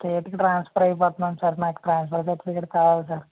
స్టేట్కి ట్రాన్సఫర్ అయిపోతున్నాం సార్ నాకు ట్రాన్సఫర్ సర్టిఫికేట్ కావాలి సార్